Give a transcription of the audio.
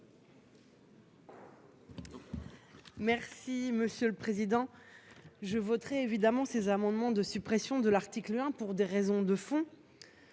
explication de vote. Je voterai évidemment ces amendements de suppression de l'article 1 pour des raisons de fond,